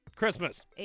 Christmas